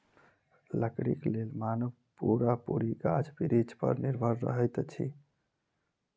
लकड़ीक लेल मानव पूरा पूरी गाछ बिरिछ पर निर्भर रहैत अछि